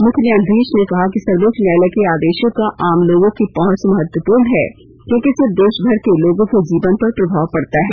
मुख्य न्यायाधीश ने कहा कि सर्वोच्च न्यायालय के आदेशों तक आम लोगों की पहुंच महत्वपूर्ण है क्योंकि इससे देशभर के लोगों के जीवन पर प्रभाव पड़ता है